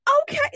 okay